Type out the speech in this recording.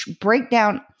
breakdown